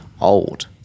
old